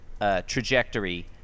trajectory